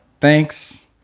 thanks